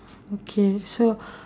okay so